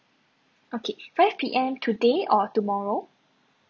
okay five P_M today or tomorrow